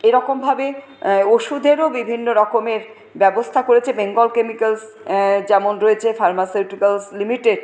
এরকমভাবে ওষুধেরও বিভিন্ন রকমের ব্যবস্থা করেছে বেঙ্গল কেমিক্যালস যেমন রয়েছে ফার্মাসিউটিক্যালস লিমিটেড